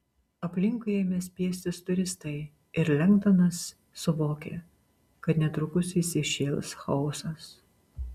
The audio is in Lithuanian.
aplinkui ėmė spiestis turistai ir lengdonas suvokė kad netrukus įsišėls chaosas